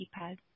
keypad